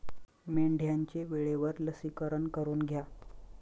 मेंढ्यांचे वेळेवर लसीकरण करून घ्या